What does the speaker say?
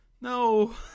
no